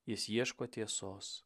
jis ieško tiesos